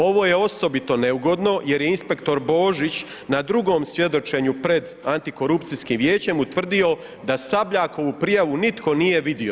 Ovo je osobito neugodno jer je inspektor Božić na drugom svjedočenju pred Antikorupcijskim vijećem utvrdio da Sabljakovu prijavu nitko nije vidio.